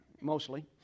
mostly